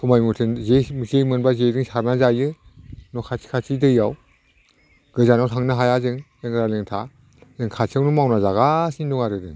समाय मथे जे मोनबा जेजों सारना जायो न' खाथि खाथिनि दैआव गोजानाव थांनो हाया जों लेंग्रा लेंथा जों खाथियावनो मावना जागासिनो दं आरो जों